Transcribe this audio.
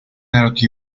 народ